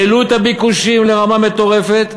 העלו את הביקושים לרמה מטורפת,